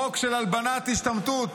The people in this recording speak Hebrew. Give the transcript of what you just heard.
חוק של הלבנת השתמטות,